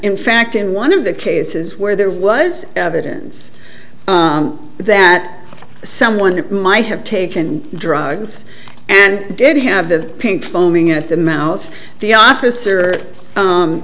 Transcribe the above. in fact in one of the cases where there was evidence that someone might have taken drugs and did have the pink foaming at the mouth the officer